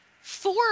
four